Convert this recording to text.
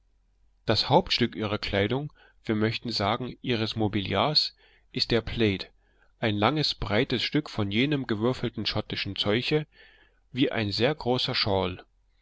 das hauptstück ihrer kleidung wir möchten sagen ihres mobiliars ist der plaid ein langes breites stück von jenem gewürfelten schottischen zeuche wie ein sehr großer shawl